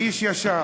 איש ישר